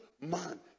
man